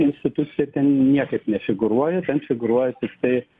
institucija ten niekaip nefigūruoja ten figūruoja tiktai